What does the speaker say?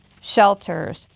shelters